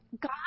God